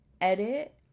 edit